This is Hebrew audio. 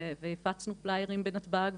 והפצנו פליירים בנתב"ג,